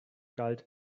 galt